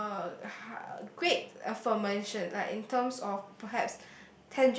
uh great affirmation like in terms of perhaps